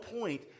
point